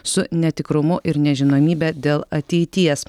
su netikrumu ir nežinomybe dėl ateities